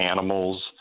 animals